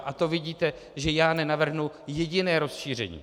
A to vidíte, že já nenavrhnu jediné rozšíření.